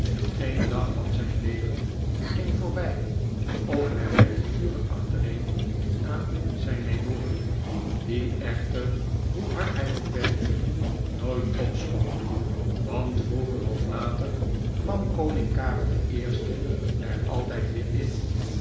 geen dag van zijn leven ging voorbij of hij werkte uren achtereen aan zijn memorie die echter hoe hard hij ook werkte nooit opschoot want vroeger of later kwam koning karel de eerste er altijd weer in